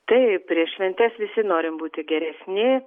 taip prieš šventes visi norim būti geresni